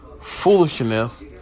foolishness